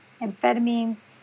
amphetamines